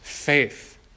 faith